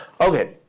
Okay